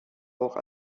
auch